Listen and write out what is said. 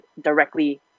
directly